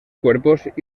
cuerpos